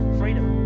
freedom